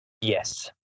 Yes